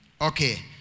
Okay